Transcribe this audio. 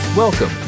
Welcome